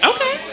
Okay